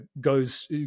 goes